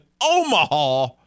Omaha